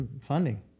funding